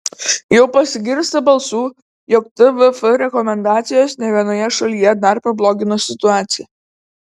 jau pasigirsta balsų jog tvf rekomendacijos ne vienoje šalyje dar pablogino situaciją